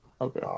Okay